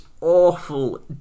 awful